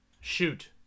Shoot